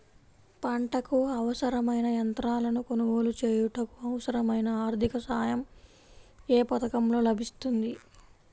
పంటకు అవసరమైన యంత్రాలను కొనగోలు చేయుటకు, అవసరమైన ఆర్థిక సాయం యే పథకంలో లభిస్తుంది?